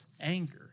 anger